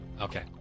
Okay